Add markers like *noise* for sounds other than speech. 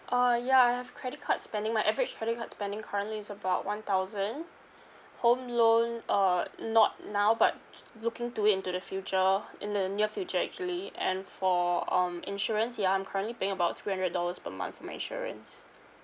uh ya I have credit card spending my average credit card spending currently is about one thousand home loan uh not now but *noise* looking to it into the future in the near future actually and for um insurance ya I'm currently paying about three hundred dollars per month for my insurance